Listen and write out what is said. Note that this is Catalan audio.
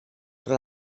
però